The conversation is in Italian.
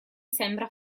sembra